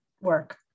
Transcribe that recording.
work